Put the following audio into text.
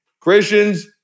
Christians